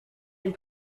and